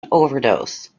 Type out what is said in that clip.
overdose